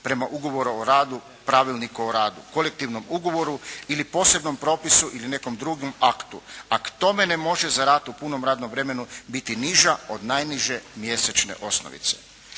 prema ugovoru o radu, Pravilnika o radu, kolektivnom ugovoru ili posebnom propisu ili nekom drugom aktu. A k tome ne može za rad u punom radnom vremenu biti niža od najniže mjesečne osnovice.